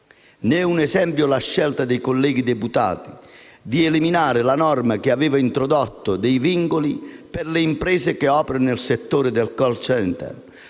è un esempio la scelta dei colleghi deputati di eliminare la norma che aveva introdotto dei vincoli per le imprese che operano nel settore dei *call center*,